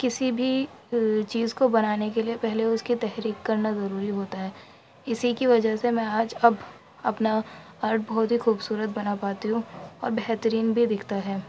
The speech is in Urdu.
کسی بھی چیز کو بنانے کے لیے پہلے اس کی تحریک کرنا ضروری ہوتا ہے اسی کہ وجہ سے میں آج اب اپنا آرٹ بہت ہی خوبصورت بنا پاتی ہوں اور بہترین بھی دکھتا ہے